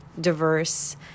diverse